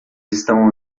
estão